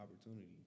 opportunity